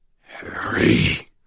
Harry